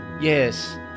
Yes